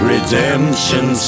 Redemption